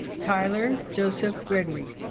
tyler joseph gregory